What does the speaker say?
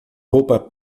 roupa